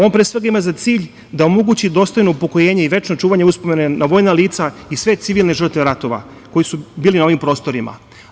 On pre svega ima za cilj da omogući dostojno upokoljenje i večno čuvanje uspomene na vojna lica i sve civilne žrtve ratova koje su bile na ovim prostorima.